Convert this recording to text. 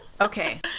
Okay